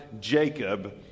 Jacob